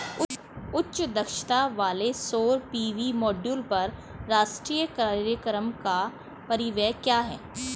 उच्च दक्षता वाले सौर पी.वी मॉड्यूल पर राष्ट्रीय कार्यक्रम का परिव्यय क्या है?